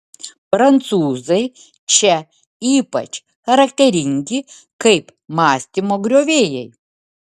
prancūzai čia ypač charakteringi kaip mąstymo griovėjai